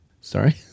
Sorry